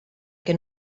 que